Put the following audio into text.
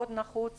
מאוד נחוץ